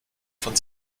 von